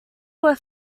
were